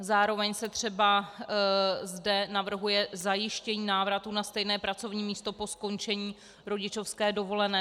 Zároveň se třeba zde navrhuje zajištění návratu na stejné pracovní místo po skončení rodičovské dovolené.